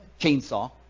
chainsaw